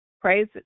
praise